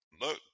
look